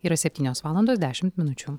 yra septynios valandos dešimt minučių